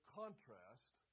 contrast